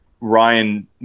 Ryan